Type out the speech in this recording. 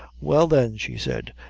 well then, she said,